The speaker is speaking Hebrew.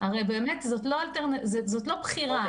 הרי זאת לא בחירה,